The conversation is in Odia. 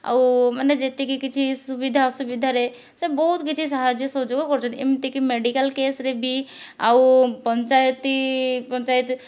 ଆଉ ମାନେ ଯେତିକି କିଛି ସୁବିଧା ଅସୁବିଧାରେ ସେ ବହୁତ କିଛି ସାହାଯ୍ୟ ସହଯୋଗ କରିଛନ୍ତି ଏମିତିକି ମେଡିକାଲ କେସ୍ରେ ବି ଆଉ ପଞ୍ଚାୟତି ପଞ୍ଚାୟତ